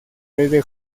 desde